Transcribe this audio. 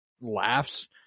laughs